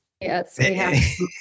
Yes